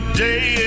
day